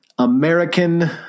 American